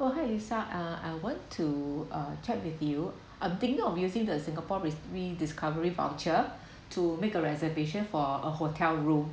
oh hi lisa ah I want to uh check with you I'm thinking of using the singapore rediscovery voucher to make a reservation for a hotel room